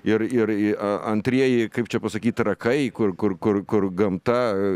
ir ir a antrieji kaip čia pasakyt trakai kur kur kur kur gamta